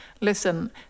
listen